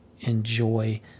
enjoy